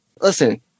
listen